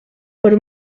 por